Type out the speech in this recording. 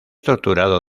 torturado